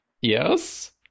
Yes